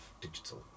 Digital